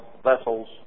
vessels